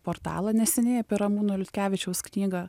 portalą neseniai apie ramūno liutkevičiaus knygą